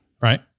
right